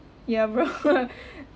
ya bro